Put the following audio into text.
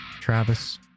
Travis